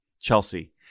Chelsea